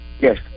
Yes